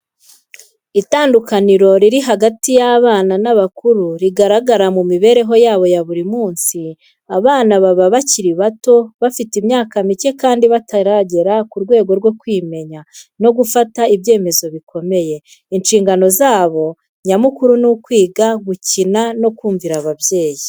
Itandukaniro riri hagati y’abana n’abakuru rigaragara mu mibereho yabo ya buri munsi. Abana baba bakiri bato, bafite imyaka mike kandi bataragera ku rwego rwo kwimenya no gufata ibyemezo bikomeye. Inshingano zabo nyamukuru ni ukwiga, gukina no kumvira ababyeyi.